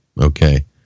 okay